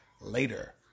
later